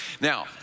Now